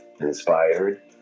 inspired